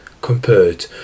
compared